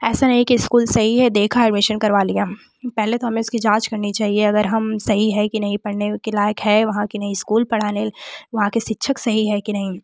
ऐसा नहीं कि स्कूल सही है देखा एडमिशन करवा लिया पहले तो हमें इसकी जाँच करनी चाहिए अगर हम सही है कि नहीं पढ़ने के लायक है वहाँ के नहीं स्कूल पढ़ाने वहाँ के शिक्षक सही हैं कि नहीं